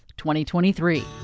2023